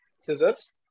scissors